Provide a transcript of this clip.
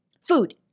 food